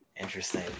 Interesting